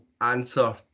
answer